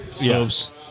yes